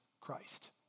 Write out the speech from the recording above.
Christ